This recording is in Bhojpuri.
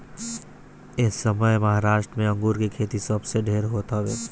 एसमय महाराष्ट्र में अंगूर के खेती सबसे ढेर होत हवे